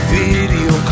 video